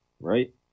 right